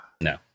No